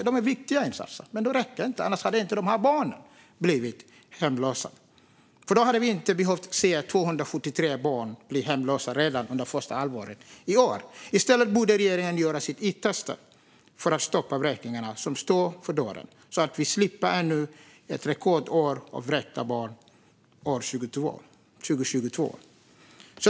Det är viktiga insatser, men de räcker inte. Då hade vi inte behövt se 273 barn blir hemlösa redan under första halvåret i år. Regeringen borde göra sitt yttersta för att stoppa de vräkningar som står för dörren, så att vi slipper ännu ett rekordår när det gäller vräkta barn år 2022.